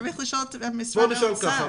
צריך לשאול את משרד האוצר.